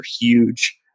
huge